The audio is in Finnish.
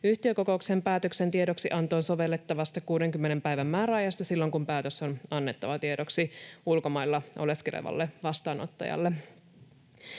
yhtiökokouksen päätöksen tiedoksiantoon sovellettavasta 60 päivän määräajasta silloin, kun päätös on annettava tiedoksi ulkomailla oleskelevalle vastaanottajalle.